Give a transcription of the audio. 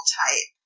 type